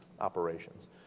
operations